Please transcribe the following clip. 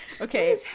okay